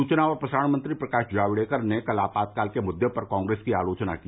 सूचना और प्रसारण मंत्री प्रकाश जावड़ेकर ने कल आपातकाल के मुद्दे पर कांग्रेस की आलोचना की